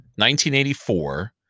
1984